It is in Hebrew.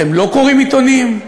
אתם לא קוראים עיתונים?